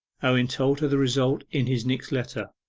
owen told her the result in his next letter